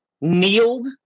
Kneeled